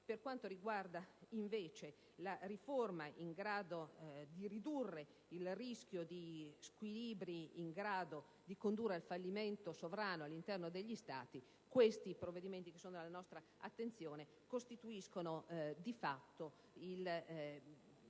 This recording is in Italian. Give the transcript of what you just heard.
Per quanto riguarda, invece, la riforma per ridurre il rischio di squilibri in grado di condurre il fallimento sovrano all'interno degli Stati, questi - i provvedimenti che sono alla nostra attenzione - costituiscono, di fatto, la risposta